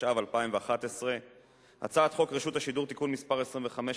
התשע"ב 2011. הצעת חוק רשות השידור (תיקון מס' 25),